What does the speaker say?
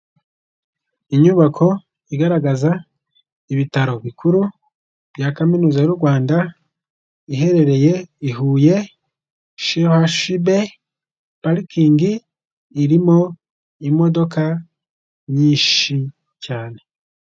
Inyubako igaragaza ibitaro bikuru bya Kaminuza y'u Rwanda iherereye i Huye shehashibe, parikingi irimo imodoka nyinshi cyane.